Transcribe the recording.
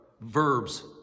verbs